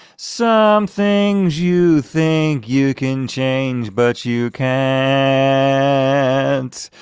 some things you think you can change but you can't and